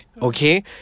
Okay